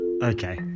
Okay